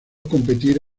competir